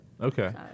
Okay